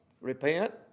repent